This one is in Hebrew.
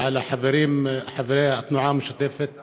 ואת חברי התנועה המשותפת